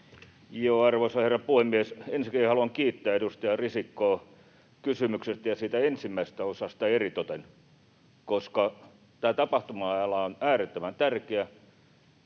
Arvoisa herra puhemies, ensiksikin haluan kiittää edustaja Risikkoa kysymyksestä ja siitä ensimmäisestä osasta eritoten, koska tämä tapahtuma-ala on äärettömän tärkeä,